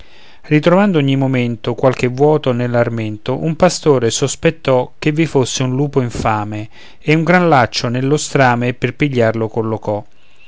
ritrovando ogni momento qualche vuoto nell'armento un pastore sospettò che vi fosse un lupo infame e un gran laccio nello strame per pigliarlo collocò